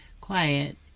quiet